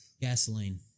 Gasoline